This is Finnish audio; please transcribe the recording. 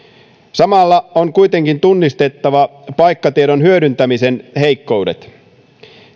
samalla on kuitenkin tunnistettava paikkatiedon hyödyntämisen heikkoudet